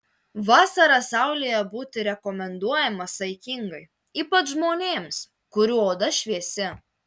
vasarą saulėje būti rekomenduojama saikingai ypač žmonėms kurių oda šviesi